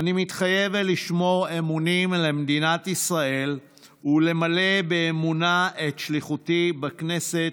אני מתחייב לשמור אמונים למדינת ישראל ולמלא באמונה את שליחותי בכנסת.